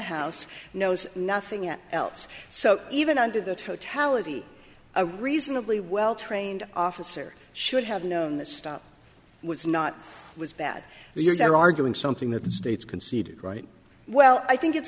house knows nothing at else so even under the totality a reasonably well trained officer should have known that stop was not was bad you're arguing something that states conceded right well i think it's